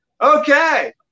Okay